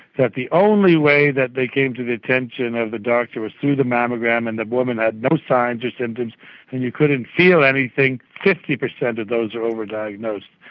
that the only way that they came to the attention of the doctor was through the mammogram and the woman had no signs or symptoms and you couldn't feel anything, fifty percent of those are over-diagnosed.